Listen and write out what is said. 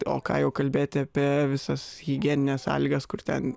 o ką jau kalbėti apie visas higienines sąlygas kur ten